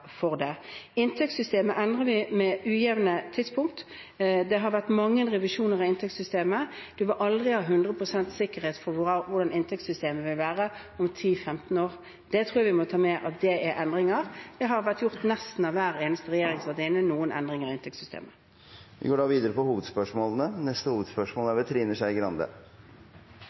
for det. Inntektssystemet endrer vi med ujevne tidspunkt. Det har vært mange revisjoner av inntektssystemet, og man vil aldri ha hundre prosent sikkerhet for hvordan inntektssystemet vil være om ti–femten år. Jeg tror vi må ta med at det er endringer. Det har vært gjort noen endringer i inntektssystemet av nesten hver eneste regjering som har vært inne. Vi går videre til neste hovedspørsmål.